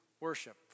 worship